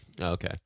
okay